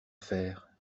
faire